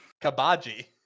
Kabaji